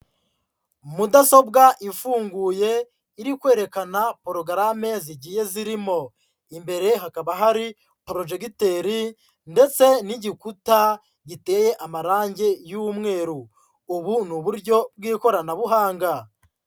Mudasobwa ifunguye iri kwerekana porogarame zigiye zirimo, imbere hakaba hari porojegiteri ndetse n'igikuta giteye amarangi y'umweru, ubu ni uburyo bw'ikoranabuhanga.